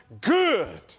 good